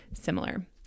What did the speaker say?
similar